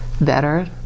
better